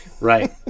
Right